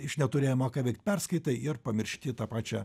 iš neturėjimo ką veikt perskaitai ir pamiršti tą pačia